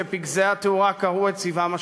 שפגזי התאורה קרעו את צבעם השחור.